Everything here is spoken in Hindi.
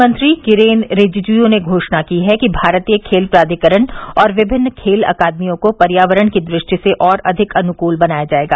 खेल मंत्री किरेन रिजिज् ने घोषणा की है कि भारतीय खेल प्राधिकरण और विभिन्न खेल अकादमियों को पर्यावरण की दृष्टि से और अधिक अनुकूल बनाया जाएगा